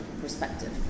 perspective